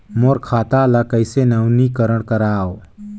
मोर खाता ल कइसे नवीनीकरण कराओ?